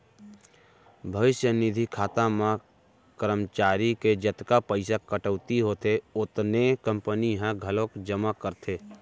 भविस्य निधि खाता म करमचारी के जतका पइसा कटउती होथे ओतने कंपनी ह घलोक जमा करथे